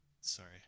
sorry